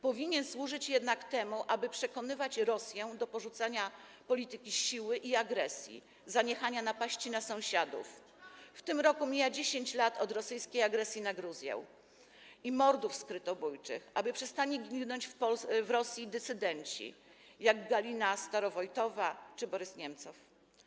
Powinien służyć jednak temu, aby przekonywać Rosję do porzucenia polityki siły i agresji, zaniechania napaści na sąsiadów - w tym roku mija 10 lat od rosyjskiej agresji na Gruzję i mordów skrytobójczych - aby przestali ginąć w Rosji dysydenci, jak Galina Starowojtowa czy Borys Niemcow.